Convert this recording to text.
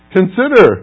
Consider